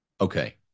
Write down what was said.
okay